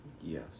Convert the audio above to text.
Yes